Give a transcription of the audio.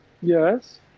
Yes